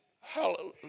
Hallelujah